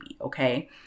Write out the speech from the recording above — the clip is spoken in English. okay